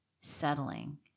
settling